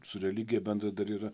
su religija bendra dar yra